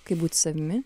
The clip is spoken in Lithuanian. kaip būti savimi